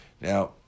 Now